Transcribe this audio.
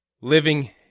living